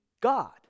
God